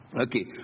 Okay